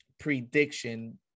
Prediction